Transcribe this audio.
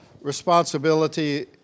responsibility